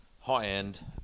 high-end